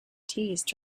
teased